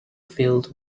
filled